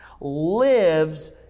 lives